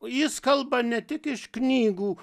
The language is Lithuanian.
jis kalba ne tik iš knygų